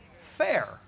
fair